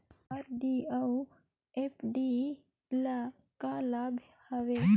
RD अऊ FD ल का लाभ हवे?